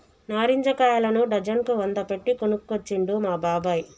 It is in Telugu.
నారింజ కాయలను డజన్ కు వంద పెట్టి కొనుకొచ్చిండు మా బాబాయ్